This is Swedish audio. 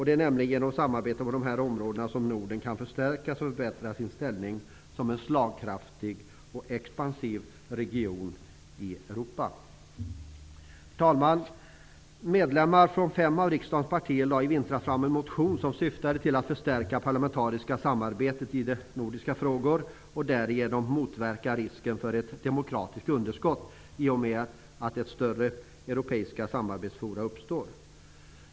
Det är nämligen genom samarbete på dessa områden som Norden kan förstärkas och förbättra sin ställning som en slagkraftig och expansiv region i Europa. Herr talman! Medlemmar från fem av riksdagens partier lade i vintras fram en motion som syftade till att förstärka det parlamentariska samarbetet i nordiska frågor och därigenom motverka risken för ett demokratiskt underskott i och med att större europeiska samarbetsforum uppstår.